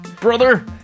Brother